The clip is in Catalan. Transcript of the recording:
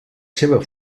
seva